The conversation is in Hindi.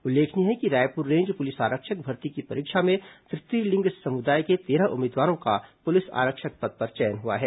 उल्लेखनीय है कि रायपुर रेंज पुलिस आरक्षक भर्ती की परीक्षा में तृतीय लिंग समुदाय के तेरह उम्मीदवारों का पुलिस आरक्षक पद पर चयन हुआ है